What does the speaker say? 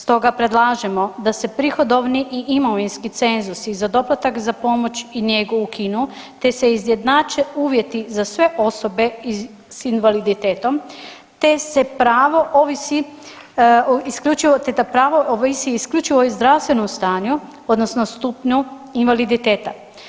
Stoga predlažemo da se prihodovni i imovinski cenzus i za doplatak za pomoć i njegu ukinu te se izjednače uvjeti za sve osobe s invaliditetom te da pravo ovisi isključivo o zdravstvenom stanju odnosno stupnju invaliditeta.